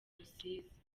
rusizi